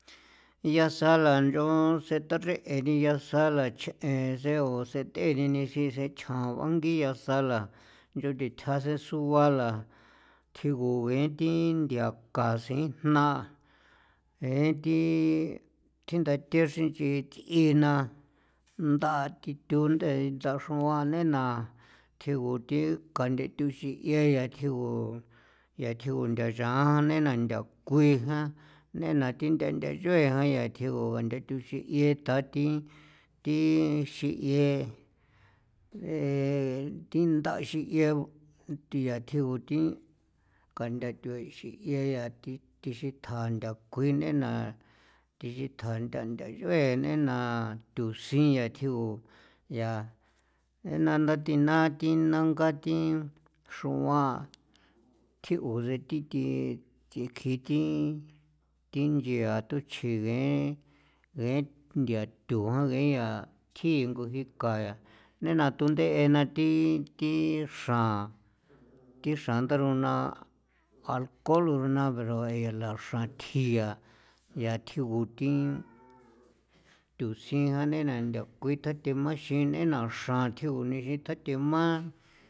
Yasa la nch'on seta chreen ni yasala chje'e sen o setheni nixisen chjan banguia sala nchodithja sen suala tjigu ngee thi nthia kasin jna jee thi thindathe xrin nch'i th'ina nda thi thunde'e nda xruan nena tjigu thi kanthe thoxin yee ya tjigu yaa tjigu ntha nchaa jan nena nthakuin jan nena thi ntha tha nch'ue jan yaa tjigu ntha thixii'en ta thi thi xi'iie thi ndaxin iee thi yaa tjigu thi kanthatho xijie yaa thi xithjao nthakui nena thi xithjayan ntha ntha nch'uen nei na thusin yaa tjigu yaa nanda thi naa thi nangaa thi xruan tjigu sen thi thi kji thi thi nchia tuchjin ngeen ngeen thia tho ngee yaa thia thjingo jii ka yaa nei na tunde'e na thi xra thi xra ndarona alcohol runa pero xranthjia yaa tjigu thi thusin jan nei na nthakuin tathemanxi nei na xra tjigu kunixin tjathema.